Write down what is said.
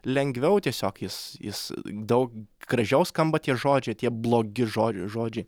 lengviau tiesiog jis jis daug gražiau skamba tie žodžiai tie blogi žo žodžiai